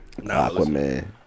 Aquaman